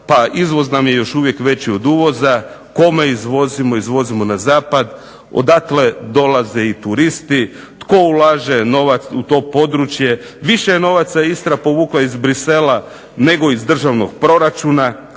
izvoz nam je još uvijek veći od uvoza, kome izvozimo, izvozimo na zapad, odakle dolaze i turisti. Tko ulaže novac u to područje, više je novaca Istra povukla iz Bruxellesa nego iz državnog proračuna